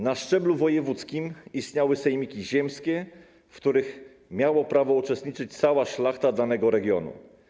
Na szczeblu wojewódzkim istniały sejmiki ziemskie, w których miała prawo uczestniczyć cała szlachta danego regionu.